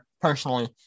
personally